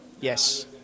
Yes